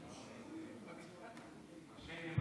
א שיינע מעשה.